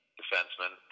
defenseman